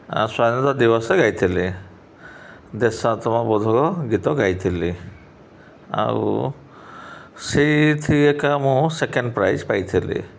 ସ୍ଵାଧୀନତା ଦିବସରେ ଗାଇଥିଲି ଦେଶାତ୍ମବୋଧକ ଗୀତ ଗାଇଥିଲି ଆଉ ସେଇଥି ଏକା ମୁଁ ସେକେଣ୍ଡ୍ ପ୍ରାଇଜ୍ ପାଇଥିଲି